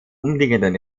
umliegenden